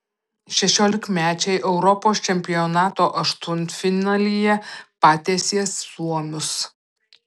šešiolikmečiai europos čempionato aštuntfinalyje patiesė suomius